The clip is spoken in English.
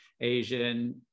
asian